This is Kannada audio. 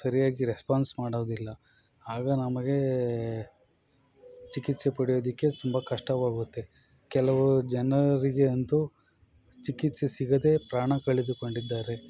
ಸರಿಯಾಗಿ ರೆಸ್ಪಾನ್ಸ್ ಮಾಡೋದಿಲ್ಲ ಆಗ ನಮಗೆ ಚಿಕಿತ್ಸೆ ಪಡಿಯೋದಿಕ್ಕೆ ತುಂಬ ಕಷ್ಟವಾಗುತ್ತೆ ಕೆಲವು ಜನರಿಗೆ ಅಂತು ಚಿಕಿತ್ಸೆ ಸಿಗದೇ ಪ್ರಾಣ ಕಳೆದುಕೊಂಡಿದ್ದಾರೆ